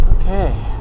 okay